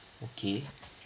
okay